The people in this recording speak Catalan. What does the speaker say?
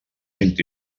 vint